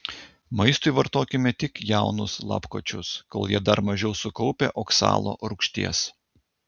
maistui vartokime tik jaunus lapkočius kol jie dar mažiau sukaupę oksalo rūgšties